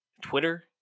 Twitter